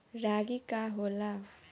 रागी का होला?